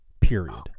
Period